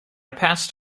passed